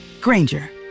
Granger